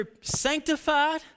sanctified